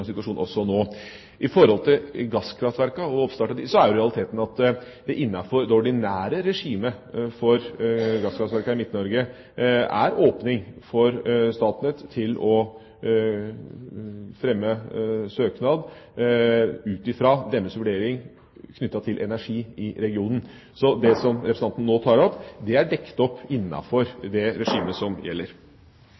situasjon også nå. Når det gjelder gasskraftverkene og oppstart av dem, er realiteten at det innenfor det ordinære regimet for gasskraftverkene i Midt-Norge er åpning for Statnett til å fremme søknad ut fra deres vurdering knyttet til energi i regionen. Så det som representanten nå tar opp, er dekt opp